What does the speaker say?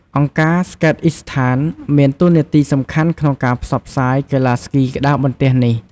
អង្គការ ស្កេតអុីសថាន Skateistan មានតួនាទីសំខាន់ក្នុងការផ្សព្វផ្សាយកីឡាស្គីក្ដារបន្ទះនេះ។